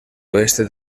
oeste